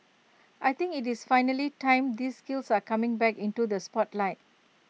I think IT is finally time these skills are coming back into the spotlight